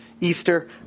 Easter